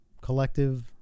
collective